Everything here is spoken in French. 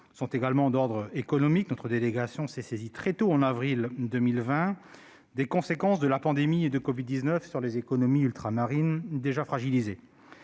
sont également d'ordre économique. Notre délégation s'est saisie très tôt, dès le mois d'avril 2020, des conséquences de la pandémie de covid-19 sur les économies ultramarines, déjà fragilisées.